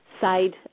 side